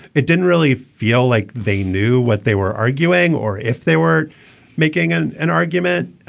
it didn't really feel like they knew what they were arguing or if they were making an an argument.